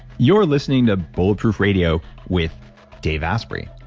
you're listening to bulletproof radio with dave asprey.